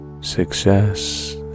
success